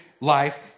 life